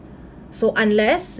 so unless